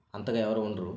అంతగా ఎవరు ఉండరు